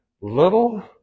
little